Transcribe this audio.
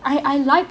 I I like